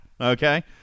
Okay